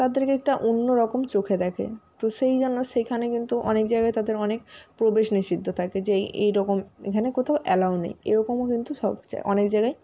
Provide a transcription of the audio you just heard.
তাদেরকে একটা অন্য রকম চোখে দেখে তো সেই জন্য সেখানে কিন্তু অনেক জায়গায় তাদের অনেক প্রবেশ নিষিদ্ধ থাকে যে এই এইরকম এখানে কোথাও এলাউ নেই এরকমও কিন্তু সব জা অনেক জায়গায়